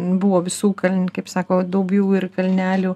buvo visų kal kaip sako duobių ir kalnelių